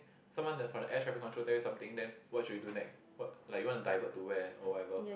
someone the from the air traffic control tell you something then what should you do next what like you want to divert to where or whatever